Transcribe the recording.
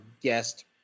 guest